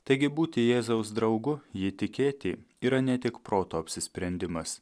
taigi būti jėzaus draugu jį tikėti yra ne tik proto apsisprendimas